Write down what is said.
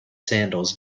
sandals